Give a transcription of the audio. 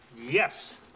yes